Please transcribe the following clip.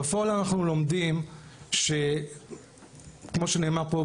בפועל אנחנו לומדים שכמו שנאמר פה,